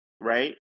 right